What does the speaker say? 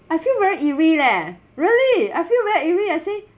I feel very eerie leh really I feel very eerie I say